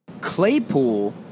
Claypool